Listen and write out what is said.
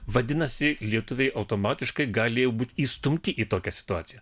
vadinasi lietuviai automatiškai galėjo būti įstumti į tokią situaciją